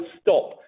stop